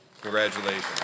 Congratulations